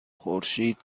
خورشید